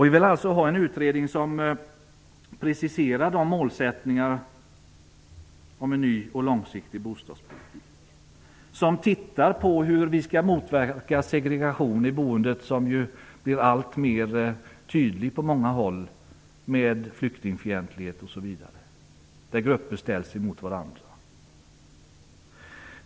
Vi vill alltså ha en utredning som preciserar målsättningar om en ny och långsiktig bostadspolitik och som tittar på hur vi skall motverka den segregation i boendet som ju blir alltmer tydlig på många håll på grund av flyktingfientlighet, osv., där grupper ställs emot varandra.